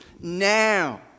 now